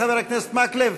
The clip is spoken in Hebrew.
חבר הכנסת מקלב?